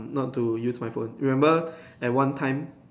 not to use my phone remember at one time